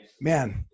man